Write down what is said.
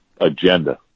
agenda